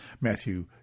Matthew